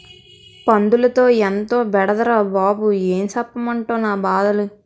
పందులతో ఎంతో బెడదరా బాబూ ఏం సెప్పమంటవ్ నా బాధలు